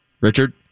Richard